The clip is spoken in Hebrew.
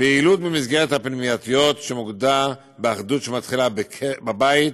פעילות במסגרות הפנימייתיות שמוקדה באחדות שמתחילה בבית,